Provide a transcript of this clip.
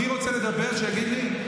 מי רוצה לדבר, שיגיד לי.